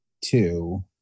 two